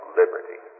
liberty